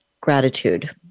gratitude